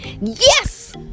Yes